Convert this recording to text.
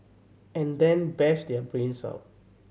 and then bash their brains out